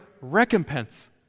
recompense